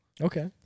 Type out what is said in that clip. Okay